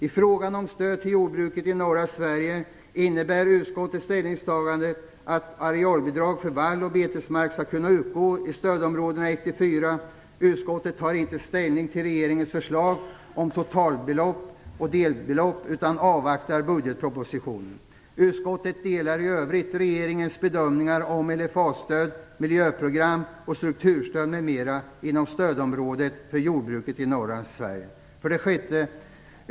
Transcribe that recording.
I fråga om stöd till jordbruket i norra Sverige innebär utskottets ställningstagande att arealbidrag för vall och betesmark skall kunna utgå i stödområdena 1-4. Utskottet tar inte ställning till regeringens förslag om totalbelopp och delbelopp utan avvaktar budgetpropositionen. Utskottet delar i övrigt regeringens bedömningar om LFA-stöd, miljöprogram och strukturstöd inom stödområdet för jordbruket i norra Sverige. 6.